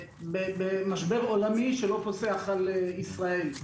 משבר עולמי שלא פוסח על ישראל.